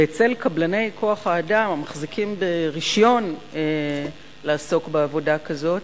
ואצל קבלני כוח-האדם המחזיקים ברשיון לעסוק בעבודה כזאת